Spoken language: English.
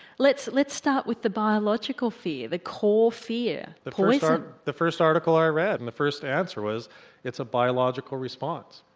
let's let's start with the biological fear, the core fear poison. the first article i read and the first answer was it's a biological response,